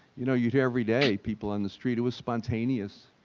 you know, you'd to everyday. people on the street, it was spontaneous.